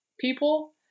people